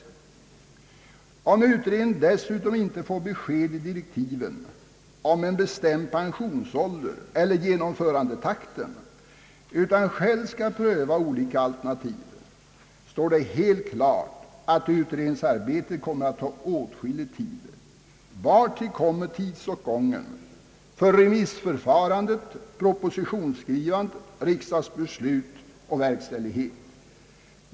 Om utredningen dessutom inte får besked i direktiven om en bestämd pensionsålder eller genomförandetakten utan själv skall pröva olika alternativ, står det helt klart att utredningsarbetet kommer att ta åtskillig tid, vartill kommer tidsåtgången för remissförfarande, propositionsskrivande, riksdagsbeslut och verkställighet.